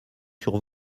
sur